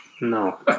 no